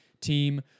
team